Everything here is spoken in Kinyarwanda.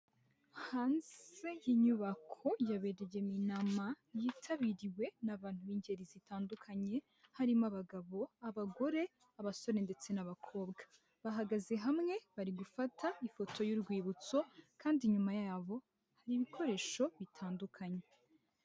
Hanze y'inyubako yabereyemo inama yitabiriwe n'abantu b'ingeri zitandukanye harimo abagabo, abagore, abasore ndetse n'abakobwa. Bahagaze hamwe bari gufata ifoto y'urwibutso kandi inyuma yabo hari bikoresho bitandukanye.